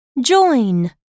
Join